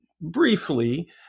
briefly